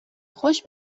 خوش